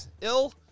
Ill